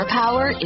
power